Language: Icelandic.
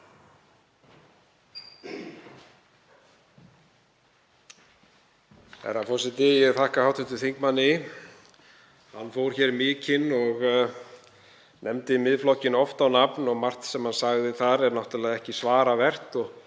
Herra forseti. Ég þakka hv. þingmanni. Hann fór hér mikinn og nefndi Miðflokkinn oft á nafn og margt sem hann sagði þar er náttúrlega ekki svaravert